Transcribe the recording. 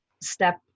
step